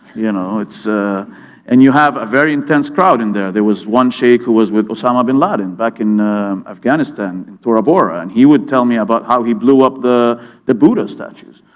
you know ah and you have a very intense crowd in there. there was one sheik who was with osama bin laden back in afghanistan in tora bora, and he would tell me about how he blew up the the buddha statues,